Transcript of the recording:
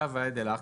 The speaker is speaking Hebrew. מעתה ואילך,